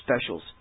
specials